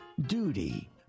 duty